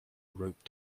rope